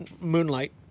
moonlight